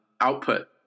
output